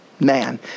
man